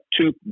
two